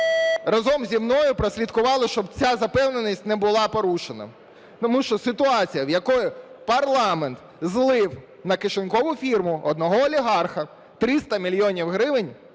разом зі мною прослідкували, щоб ця запевненість не була порушена, тому що ситуація, в якій парламент злив на кишенькову фірму одного олігарха 300 мільйонів гривень